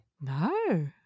No